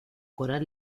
coral